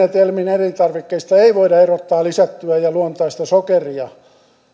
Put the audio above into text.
elintarvikkeista ei voida erottaa lisättyä ja luontaista sokeria